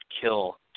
kill